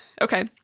okay